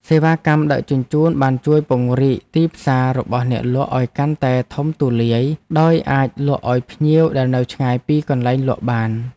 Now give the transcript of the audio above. សេវាកម្មដឹកជញ្ជូនបានជួយពង្រីកទីផ្សាររបស់អ្នកលក់ឱ្យកាន់តែធំទូលាយដោយអាចលក់ឱ្យភ្ញៀវដែលនៅឆ្ងាយពីកន្លែងលក់បាន។